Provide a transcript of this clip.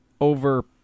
over –